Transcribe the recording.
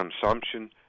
consumption